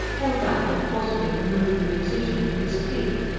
bore down and forcibly removed the musician and his clique,